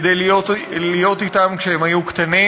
כדי להיות אתם כשהם היו קטנים.